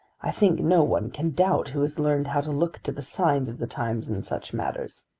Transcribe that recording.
i think no one can doubt who has learned how to look to the signs of the times in such matters.